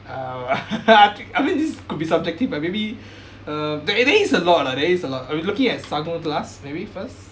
uh I mean this could be subjective ah but maybe uh there it is a lot lah there is a lot are we looking at sakunthala maybe first